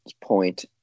point